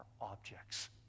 objects